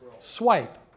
swipe